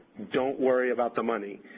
don't worry about the money.